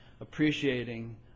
appreciating